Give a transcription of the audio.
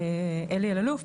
אלי אללוף,